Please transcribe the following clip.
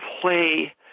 play